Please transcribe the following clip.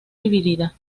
dividida